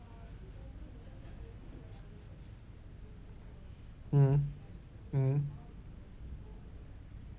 mmhmm mmhmm